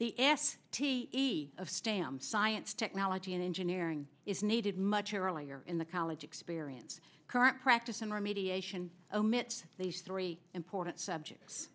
the s t of stam science technology and engineering is needed much earlier in the college experience current practice and remediation omits these three important subjects